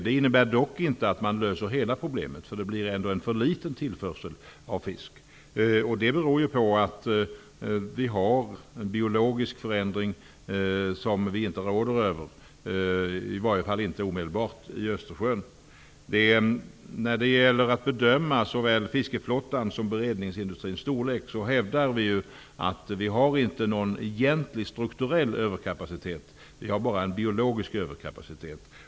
Det innebär dock inte att man löser hela problemet. Det blir ändå en för liten tillförsel av fisk. Det beror på att det sker en biologisk förändring i Östersjön som vi inte råder över, i varje fall inte omedelbart. När det gäller att bedöma såväl fiskeflottans som beredningsindustrins storlek vill jag hävda att vi inte har någon strukturell överkapacitet. Vi har bara en biologisk överkapacitet.